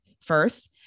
first